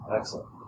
Excellent